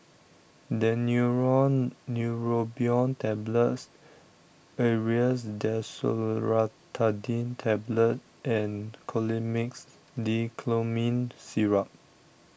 Daneuron Neurobion Tablets Aerius DesloratadineTablets and Colimix Dicyclomine Syrup